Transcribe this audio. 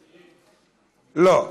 לא.